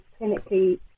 clinically